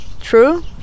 true